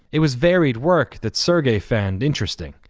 it was varied work that sergey found interesting.